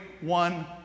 one